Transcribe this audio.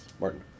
Martin